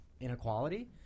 inequality